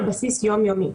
על בסיס יומיומי.